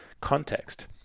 context